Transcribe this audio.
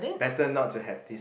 better not to have this